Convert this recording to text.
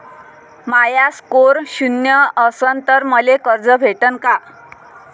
माया score शून्य असन तर मले कर्ज भेटन का?